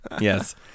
Yes